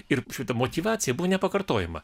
ir šita motyvacija buvo nepakartojama